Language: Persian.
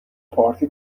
پارتی